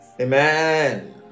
amen